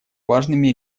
важными